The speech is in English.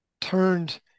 turned